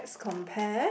compare